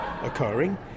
occurring